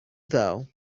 though